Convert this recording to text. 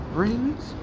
rings